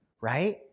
right